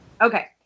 Okay